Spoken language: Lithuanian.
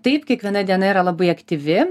taip kiekviena diena yra labai aktyvi